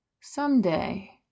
Someday